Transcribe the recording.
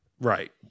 Right